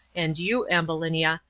and you, ambulinia,